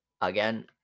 Again